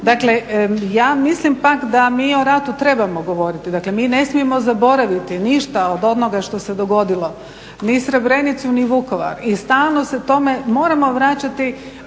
Dakle, ja mislim pak da mi o ratu trebamo govoriti, dakle mi ne smijemo zaboraviti ništa od onoga što se dogodilo, ni Srebrenicu ni Vukovar i stalno se tome moramo vraćati,